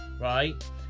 right